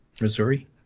Missouri